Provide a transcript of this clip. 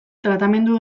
tratamendu